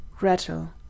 Rattle